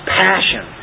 passion